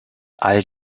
all